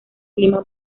clima